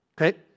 Okay